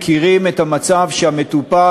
מכיר את המצב שהמטופל,